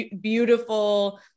beautiful